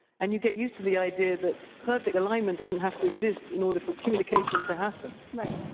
and you get used to the idea that perfect alignment doesn't have to exist in order for communication to happen. right.